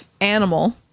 animal